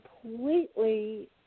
completely